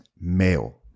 male